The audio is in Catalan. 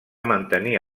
mantenir